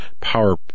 power